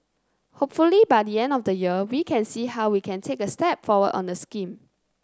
hopefully by the end of the year we can see how we can take a step forward on the scheme